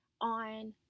on